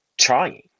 trying